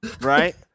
right